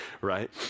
right